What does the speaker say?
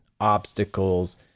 obstacles